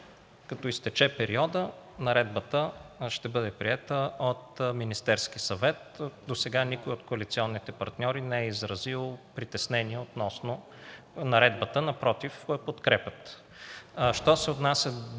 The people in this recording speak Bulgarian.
Като изтече периодът, наредбата ще бъде приета от Министерския съвет. Досега никой от коалиционните партньори не е изразил притеснения относно наредбата, а напротив – подкрепят. Що се отнася